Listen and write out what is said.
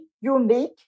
unique